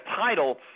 title